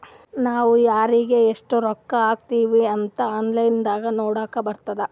ನಾವ್ ಯಾರಿಗ್ ಎಷ್ಟ ರೊಕ್ಕಾ ಹಾಕಿವ್ ಅಂತ್ ಆನ್ಲೈನ್ ನಾಗ್ ನೋಡ್ಲಕ್ ಬರ್ತುದ್